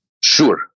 Sure